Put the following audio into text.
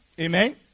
Amen